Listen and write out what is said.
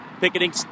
picketing